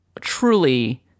truly